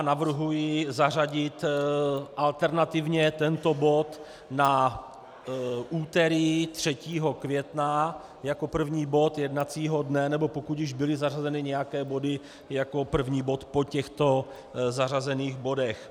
Navrhuji zařadit alternativně tento bod na úterý 3. května jako první bod jednacího dne, nebo pokud již byly zařazeny nějaké body, jako první bod po těchto zařazených bodech.